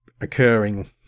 occurring